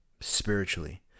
spiritually